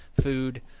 food